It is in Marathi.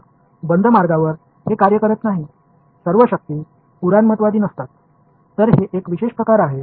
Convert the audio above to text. तर बंद मार्गावर हे कार्य करत नाही सर्व शक्ती पुराणमतवादी नसतात तर हे एक विशेष प्रकरण आहे